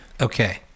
Okay